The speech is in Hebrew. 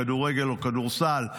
כדורגל או כדורסל,